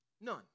None